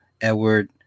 edward